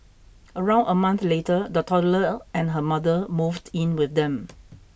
around a month later the toddler and her mother moved in with them